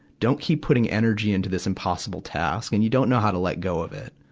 don't keep putting energy into this impossible task, and you don't know how to let go of it.